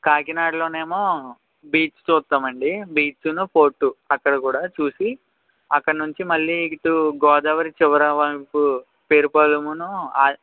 కాకినాడలో ఏమో బీచ్ చూస్తామండి బీచ్ను పోర్టు అక్కడ కూడా చూసి అక్కడ నుంచి మళ్ళీ ఇటు గోదావరి చివర వరకు పేరుపాలెమును